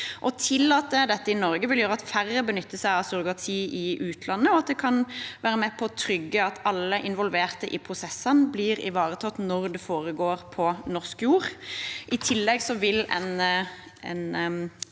tillate dette i Norge vil gjøre at færre benytter seg av surrogati i utlandet, og det kan være med på å trygge at alle involverte i prosessen blir ivaretatt når det foregår på norsk jord. I tillegg vil en